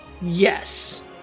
yes